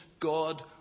God